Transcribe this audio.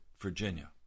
Virginia